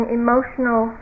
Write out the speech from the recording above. emotional